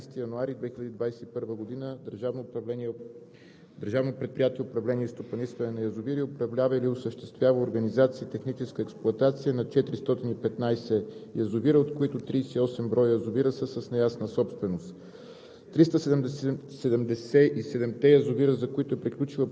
документация и предоставена информация. Към 13 януари 2021 г. Държавно предприятие „Управление и стопанисване на язовири“ управлява или осъществява организация и техническа експлоатация на 415 язовира, от които 38 броя са с неясна собственост.